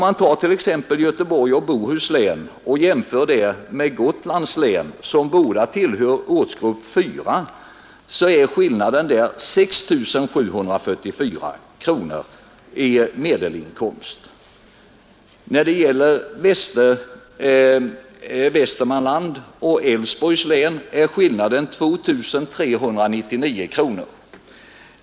Mellan Göteborgs och Bohus län och Gotlands län, som båda tillhör ortsgrupp 4, är skillnaden 6 744 kronor i medelårsinkomst. Mellan Västmanlands län och Älvsborgs län är skillnaden 2 399 kronor.